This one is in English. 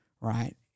right